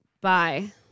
bye